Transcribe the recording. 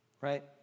Right